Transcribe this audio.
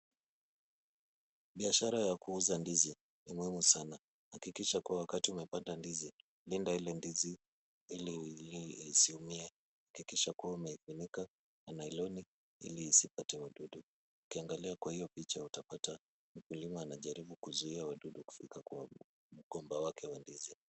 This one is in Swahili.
Biashara ya kuuza ndizi ni muhimu sana. Hakikisha kuwa wakati umepanda ndizi, unda ile ndizi ili isiumie. Hakikisha kuwa umeifunika na nailoni ili isipate wadudu. Ukiangalia kwa hiyo picha utapata mkulima anajaribu kuzuia wadudu kufika kwa mgomba wake wa ndizi.